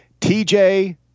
tj